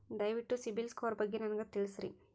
ದಯವಿಟ್ಟು ಸಿಬಿಲ್ ಸ್ಕೋರ್ ಬಗ್ಗೆ ನನಗ ತಿಳಸರಿ?